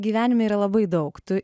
gyvenime yra labai daug tu